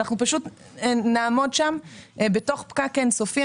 אנחנו נעמוד שם בתוך פקק אין סופי,